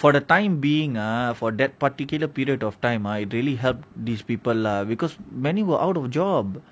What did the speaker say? for the time being ah for that particular period of time ah it really helped these people lah because many were out of job